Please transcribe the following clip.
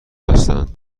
هستند